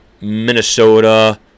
Minnesota